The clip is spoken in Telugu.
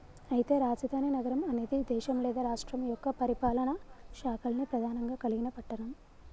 అయితే రాజధాని నగరం అనేది దేశం లేదా రాష్ట్రం యొక్క పరిపాలనా శాఖల్ని ప్రధానంగా కలిగిన పట్టణం